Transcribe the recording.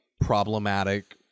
problematic